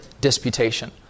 Disputation